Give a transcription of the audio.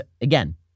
again